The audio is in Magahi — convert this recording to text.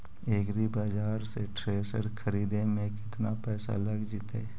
एग्रिबाजार से थ्रेसर खरिदे में केतना पैसा लग जितै?